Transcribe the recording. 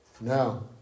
Now